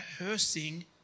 rehearsing